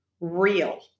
real